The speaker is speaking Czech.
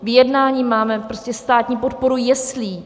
V jednání máme státní podporu jeslí.